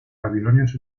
babilonios